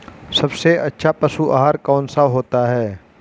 सबसे अच्छा पशु आहार कौन सा होता है?